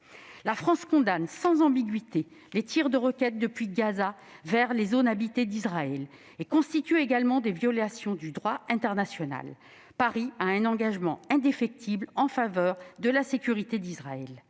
La France condamne sans ambiguïté les tirs de roquettes depuis Gaza vers les zones habitées d'Israël, qui constituent également des violations du droit international. Paris a un engagement indéfectible en faveur de la sécurité d'Israël.